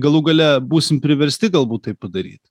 galų gale būsim priversti galbūt tai padaryti